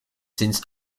since